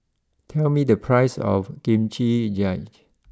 tell me the price of Kimchi Jjigae